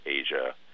Asia